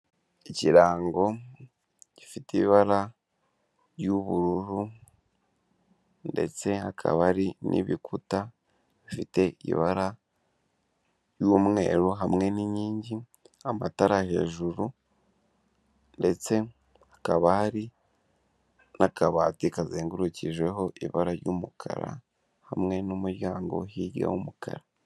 Ikirango gifite ibara ry'ubururu ndetse hakaba hari n'ibikuta bifite ibara ry'umweru hamwe n'inkingi, amatara hejuru ndetse hakaba hari n'akabati kazengurukijeho ibara ry'umukara, hamwe n'umuryango hirya w'umukara.